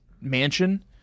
mansion